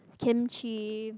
kimchi